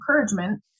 encouragement